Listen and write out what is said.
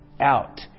out